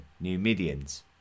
Numidians